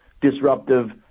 disruptive